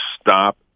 stop